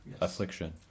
affliction